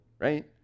right